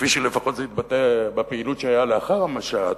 כפי שלפחות זה התבטא בפעילות שהיתה לאחר המשט.